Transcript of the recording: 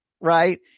right